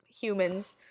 humans